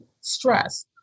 stress